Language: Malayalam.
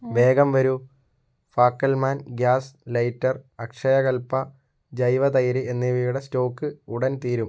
വേഗം വരൂ ഫാക്കൽമാൻ ഗ്യാസ് ലൈറ്റർ അക്ഷയകൽപ ജൈവ തൈര് എന്നിവയുടെ സ്റ്റോക്ക് ഉടൻ തീരും